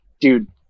dude